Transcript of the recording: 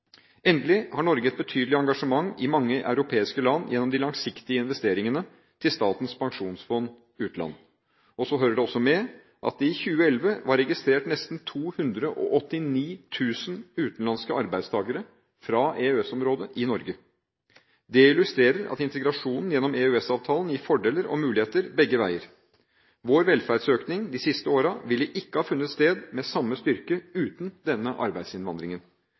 Endelig har Norge et betydelig engasjement i mange europeiske land gjennom de langsiktige investeringene til Statens pensjonsfond utland. Så hører det også med at det i 2011 var registrert nesten 289 000 utenlandske arbeidstakere fra EØS-området i Norge. Det illustrerer at integrasjonen gjennom EØS-avtalen gir fordeler og muligheter begge veier. Vår velferdsøkning de siste årene ville ikke ha funnet sted med samme styrke uten denne arbeidsinnvandringen.